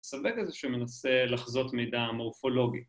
‫מסווג את זה שמנסה לחזות מידע מורפולוגי.